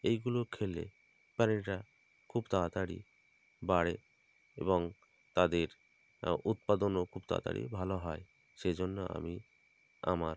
এইগুলো খেলে প্রাণীরা খুব তাড়াতাড়ি বাড়ে এবং তাদের উৎপাদনও খুব তাড়াতাড়ি ভালো হয় সেই জন্য আমি আমার